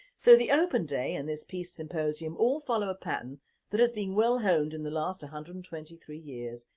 so the open day and this peace symposium all follow a pattern that has been well honed in the last one hundred and twenty three years,